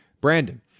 Brandon